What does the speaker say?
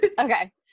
Okay